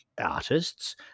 artists